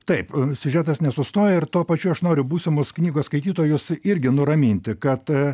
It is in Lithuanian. taip siužetas nesustoja ir tuo pačiu aš noriu būsimus knygos skaitytojus irgi nuraminti kad